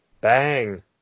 Bang